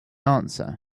answer